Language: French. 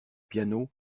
piano